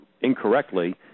incorrectly